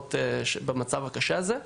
למשפחות שנמצאות במצב הקשה הזה.